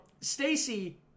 Stacy